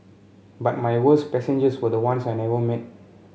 but my worst passengers were the ones I never met